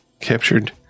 Captured